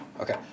Okay